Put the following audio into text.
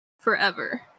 forever